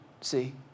see